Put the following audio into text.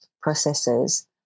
processes